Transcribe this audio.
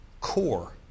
core